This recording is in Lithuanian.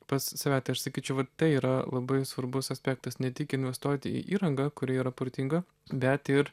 pas save tai aš sakyčiau vat tai yra labai svarbus aspektas ne tik investuoti į įranga kuri yra protinga bet ir